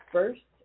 First